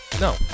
No